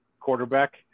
quarterback